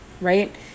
right